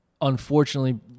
Unfortunately